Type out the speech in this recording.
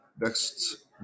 next